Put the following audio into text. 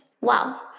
Wow